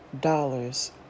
dollars